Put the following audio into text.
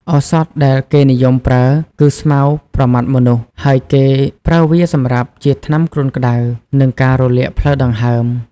ឱសថដែលគេនិយមប្រើគឺ ស្មៅប្រម៉ាត់មនុស្ស ហើយគេប្រើវាសម្រាប់ជាថ្នាំគ្រុនក្តៅ និងការរលាកផ្លូវដង្ហើម។